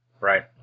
Right